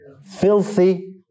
Filthy